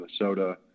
Minnesota